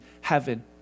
heaven